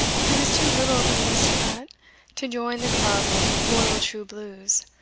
he was too little of an aristocrat to join the club of royal true blues,